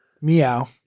meow